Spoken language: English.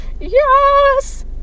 Yes